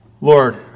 Lord